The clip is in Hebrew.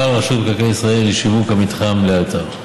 רשות מקרקעי ישראל לשיווק המתחם לאלתר.